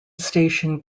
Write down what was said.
station